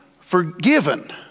forgiven